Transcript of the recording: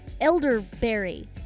elderberry